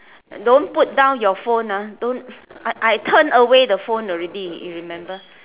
don't put down your phone ah don't I I turn away the phone already if you remember